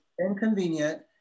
inconvenient